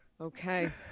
Okay